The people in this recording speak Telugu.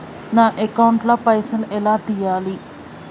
నా అకౌంట్ ల పైసల్ ఎలా తీయాలి?